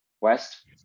West